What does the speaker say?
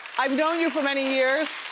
i've known you for many years.